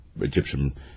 Egyptian